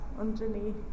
underneath